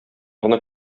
гына